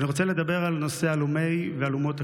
אני רוצה לדבר על נושא הלומי והלומות הקרב.